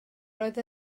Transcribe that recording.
roedd